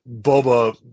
Boba